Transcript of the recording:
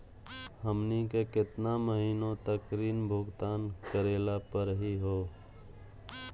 हमनी के केतना महीनों तक ऋण भुगतान करेला परही हो?